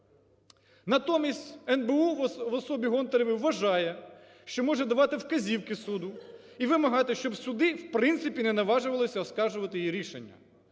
Натомість НБУ в особі Гонтаревої вважає, що може давати вказівки суду і вимагати, щоб суди, в принципі, не наважувалися оскаржувати її рішення.